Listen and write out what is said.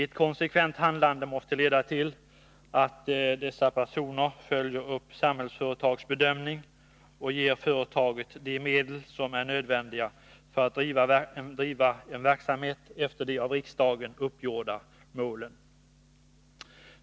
Ett konsekvent handlande måste leda till att dessa personer följer upp Samhällsföretags bedömning och ger företaget de medel som är nödvändiga för att driva en verksamhet efter de av riksdagen uppgjorda målen.